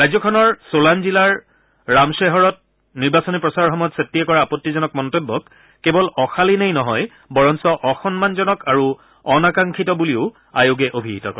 ৰাজ্যখনৰ চোলান জিলাৰ ৰামছেহৰত নিৰ্বাচনী প্ৰচাৰৰ সময়ত ছত্তিয়ে কৰা আপত্তিজনক মন্তব্যক কেৱল অশালীনেই নহয় বৰঞ্চ অসন্মানজনক তথা অনাকাংক্ষিত বুলি আয়োগে অভিহিত কৰে